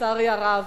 לצערי הרב.